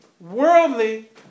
worldly